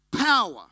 power